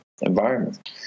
environment